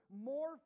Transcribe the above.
more